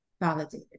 validated